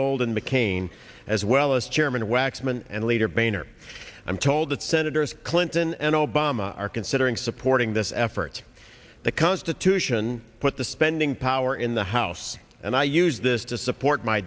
gold and mccain as well as chairman waxman and leader boehner i'm told that senators clinton and obama are considering supporting this effort the constitution put the spending power in the house and i use this to support my